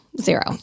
Zero